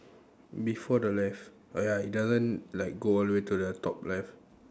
before the left oh ya it doesn't like go all the way to the top left